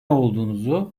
olduğunuzu